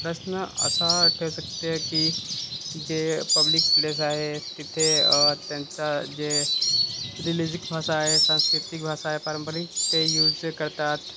प्रश्न असा ठेऊ शकते की जे पब्लिक प्लेस आहे तिथे त्यांचा जे रिलिजिक भाषा आहे सांस्कृतिक भाषा आहे पारंपरिक ते युज जे करतात